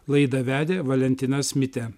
laidą vedė valentinas mitė